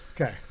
Okay